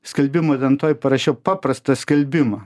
skelbimų lentoj parašiau paprastą skelbimą